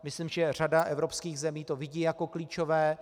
Myslím, že řada evropských zemí to vidí jako klíčové.